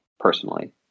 personally